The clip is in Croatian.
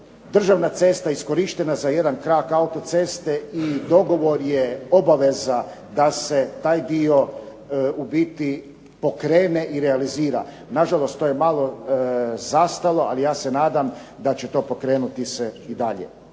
državna cesta iskorištena za jedan krak autoceste i dogovor je obaveza da se taj dio u biti pokrene i realizira. Nažalost, to je malo zastalo, ali ja se nadam da će to pokrenuti se i dalje.